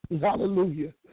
Hallelujah